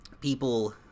people